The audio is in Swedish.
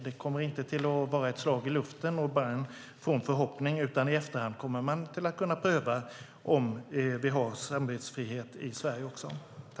Det kommer inte att vara ett slag i luften och bara en from förhoppning, utan i efterhand kommer man att kunna pröva om vi har samvetsfrihet också i Sverige.